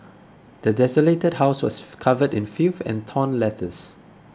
the desolated house was covered in filth and torn letters